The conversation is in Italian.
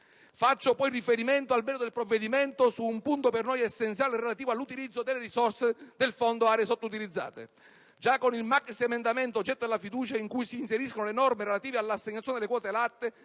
Faccio poi riferimento, nel merito del provvedimento, ad un punto per noi essenziale relativamente all'utilizzo delle risorse del Fondo aree sottoutilizzate. Già con il maxiemendamento oggetto della fiducia, in cui si inseriscono le norme relative all'assegnazione delle quote latte